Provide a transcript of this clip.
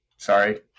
Sorry